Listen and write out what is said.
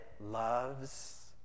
loves